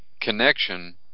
connection